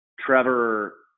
trevor